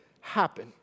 happen